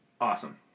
Awesome